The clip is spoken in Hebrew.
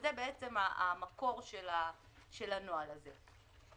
וזה המקור של הנוהל הזה.